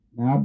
Now